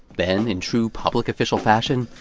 then, in true public official fashion,